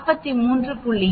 6 40